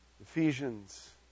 Ephesians